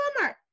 Walmart